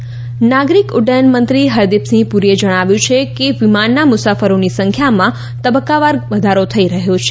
હરદીપ પુરી નાગરિક ઉર્ક્યન મંત્રી હરદીપ સિંહ પુરીએ જણાવ્યું છે કે વિમાનના મુસાફરોની સંખ્યામાં તબક્કાવાર વધારો થઇ રહ્યો છે